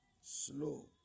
slow